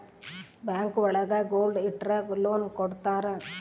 bank ಒಳಗ gold ಇಟ್ರ loan ಕೊಡ್ತಾರ